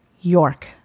York